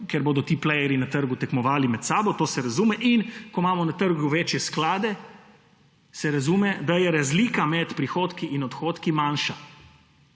ker bodo ti playerji na trgu tekmovali med sabo, to se razume. In ko imamo na trgu večje sklade, se razume, da je razlika med prihodki in odhodki manjša.